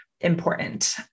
important